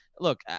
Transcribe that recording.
Look